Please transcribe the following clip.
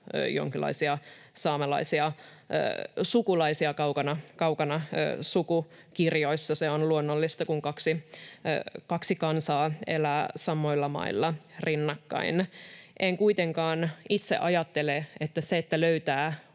jonkinlaisia saamelaisia sukulaisia kaukana sukukirjoissa. Se on luonnollista, kun kaksi kansaa elää samoilla mailla rinnakkain. En kuitenkaan itse ajattele, että se, että löytää